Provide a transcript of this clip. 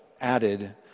added